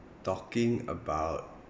talking about